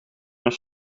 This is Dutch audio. mijn